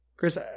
Chris